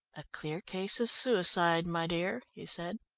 a clear case of suicide, my dear, he said.